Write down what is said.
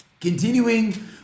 continuing